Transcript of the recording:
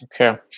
Okay